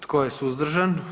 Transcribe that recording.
Tko je suzdržan?